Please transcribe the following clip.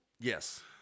Yes